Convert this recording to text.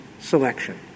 selection